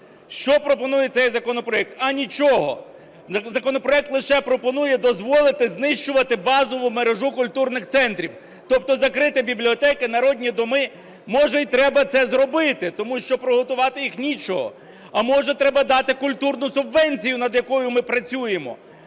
Що пропонує цей законопроект? А нічого! Законопроект лише пропонує дозволити знищувати базову мережу культурних центрів, тобто закрити бібліотеки, народні доми. Може і треба це зробити, тому що прогодувати їх ні з чого. А, може, треба дати культурну субвенцію, над якою ми працюємо?